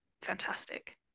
fantastic